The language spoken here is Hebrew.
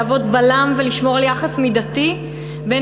להוות בלם ולשמור על יחס מידתי בין